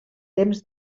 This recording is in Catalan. temps